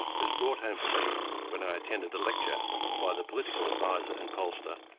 was brought home to me when i attended a lecture by the political adviser and pollster,